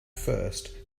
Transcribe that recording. first